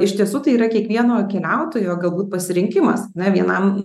iš tiesų tai yra kiekvieno keliautojo galbūt pasirinkimas na vienam